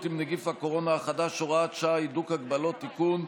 עם נגיף הקורונה החדש (הוראת שעה) (הידוק הגבלות) (תיקון),